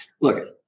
look